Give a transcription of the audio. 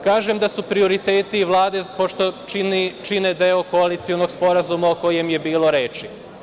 Kažem da su prioriteti Vlade, pošto čine deo koalicionog sporazuma o kojem je bilo reči.